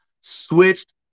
switched